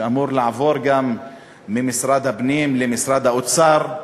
שאמור לעבור ממשרד הפנים למשרד האוצר,